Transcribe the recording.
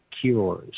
cures